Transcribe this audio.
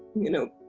you know,